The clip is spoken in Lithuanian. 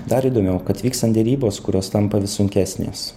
dar įdomiau kad vykstant derybos kurios tampa vis sunkesnės